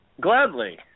Gladly